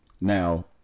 Now